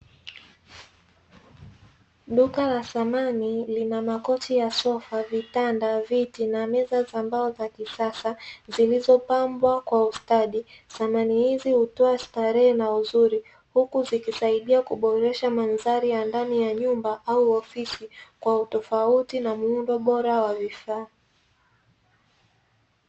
Duka la thamani lina makochi ya sofa vitanda viti meza zambao zakissa zilizopambwaustadi thamani hii hutoa strehe na huzuri hukuzikisaidia kuboresha manzari ya ndani yanyumba na ofisi kwa utofauti wavifaa